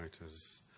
writers